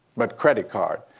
but credit card.